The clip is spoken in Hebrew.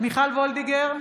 מיכל וולדיגר,